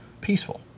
peaceful